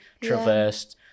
traversed